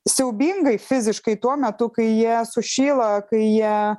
siaubingai fiziškai tuo metu kai jie sušyla kai jie